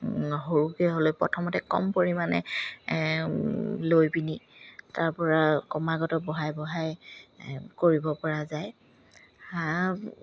সৰুকে হ'লে প্ৰথমতে কম পৰিমাণে লৈ পিনি তাৰ পৰা কমাগত বহাই বঢ়াই কৰিব পৰা যায়